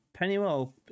Pennywell